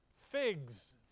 figs